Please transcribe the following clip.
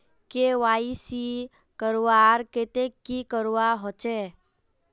KYC करवार केते की करवा होचए?